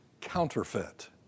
Counterfeit